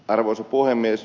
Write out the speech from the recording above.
arvoisa puhemies